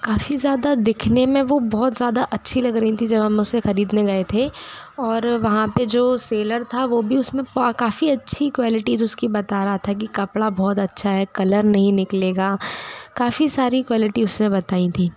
काफ़ी ज़्यादा दिखने में वो बहुत ज़्यादा अच्छी लग रही थीं जब हम उसे ख़रीदने गए थे और वहाँ पर जो सेलर था वो भी उसमें प काफ़ी अच्छी क्वैलिटीज उसकी बता रहा था कि कपड़ा बहुत अच्छा है कलर नहीं निकलेगा काफ़ी सारी क्वैलिटी उसने बताई थीं